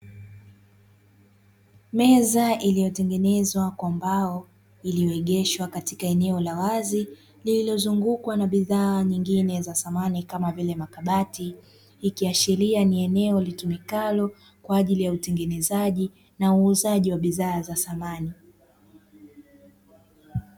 Meza iliyotengenezwa kwa mbao iliyoegeshwa katika eneo la wazi lililozungukwa na bidhaa nyingine za samani kama vile makabati, ikiashiria ni eneo litumikalo kwa ajili ya utengenezaji na uuzaji wa bidhaa za samani.